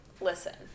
listen